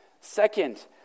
Second